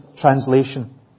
Translation